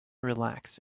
relax